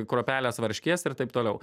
kruopelės varškės ir taip toliau